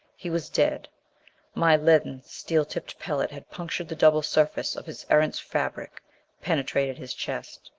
he was dead my leaden, steel-tipped pellet had punctured the double surface of his erentz fabric penetrated his chest.